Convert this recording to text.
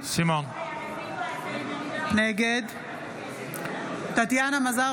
נגד טטיאנה מזרסקי,